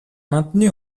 maintenu